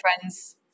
friends